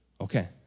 Okay